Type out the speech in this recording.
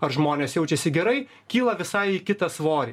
ar žmonės jaučiasi gerai kyla visai į kitą svorį